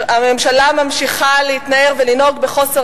הממשלה ממשיכה להתנער ולנהוג בחוסר